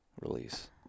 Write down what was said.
release